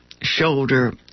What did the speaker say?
shoulder